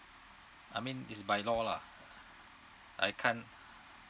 I mean it's by law lah I can't